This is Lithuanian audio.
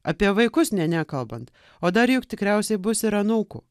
apie vaikus nė nekalbant o dar juk tikriausiai bus ir anūkų